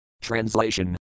Translation